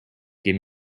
give